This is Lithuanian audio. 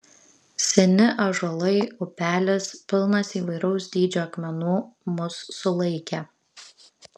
seni ąžuolai upelis pilnas įvairaus dydžio akmenų mus sulaikė